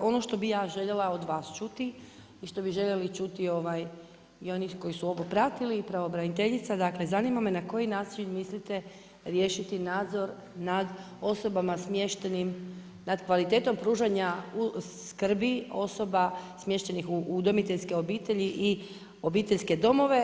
ono što bih ja željela od vas čuti i što bi željeli čuti i oni koji su ovo pratili i pravobraniteljica, dakle zanima me na koji način mislite riješiti nadzor nad osobama smještenim, nad kvalitetom pružanja skrbi osoba smještenih u udomiteljske obitelji i obiteljske domove.